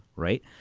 right.